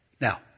Now